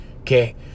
Okay